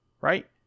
right